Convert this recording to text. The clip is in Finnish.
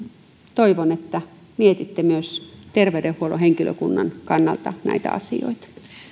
toivon että mietitte myös terveydenhuollon henkilökunnan kannalta näitä asioita